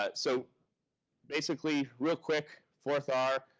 ah so basically, real quick, fourth r,